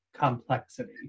complexity